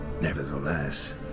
Nevertheless